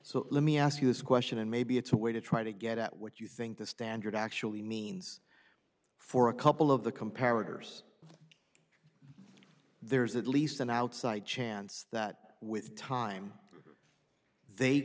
so let me ask you this question and maybe it's a way to try to get at what you think the standard actually means for a couple of the comparative years there's at least an outside chance that with time they